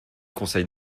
conseil